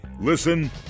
Listen